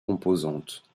composantes